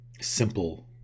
simple